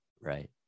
Right